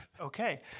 Okay